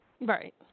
Right